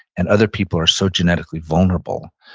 and other people are so genetically vulnerable,